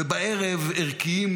ובערב ערכיים,